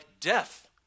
death